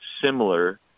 similar